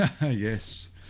Yes